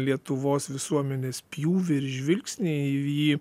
lietuvos visuomenės pjūvį ir žvilgsnį į jį